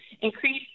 increase